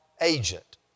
agent